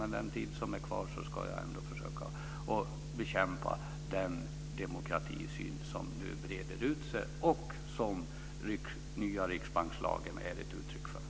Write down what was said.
Men den tid som är kvar ska jag ändå försöka att bekämpa den demokratisyn som nu breder ut sig och som nya riksbankslagen är ett uttryck för.